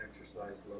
exercise